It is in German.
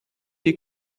die